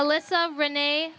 alyssa renee